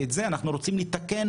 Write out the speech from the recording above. ואת זה אנחנו רוצים לתקן,